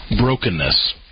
brokenness